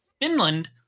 Finland